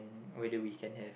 whether we can have